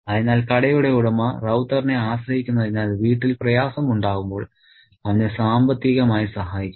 അതിനാൽ കടയുടെ ഉടമ റൌത്തറിനെ ആശ്രയിക്കുന്നതിനാൽ വീട്ടിൽ പ്രയാസമുണ്ടാകുമ്പോൾ അവനെ സാമ്പത്തികമായി സഹായിക്കുന്നു